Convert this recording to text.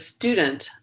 student